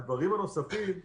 הדברים הנוספים,